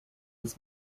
was